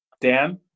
Dan